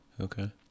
Okay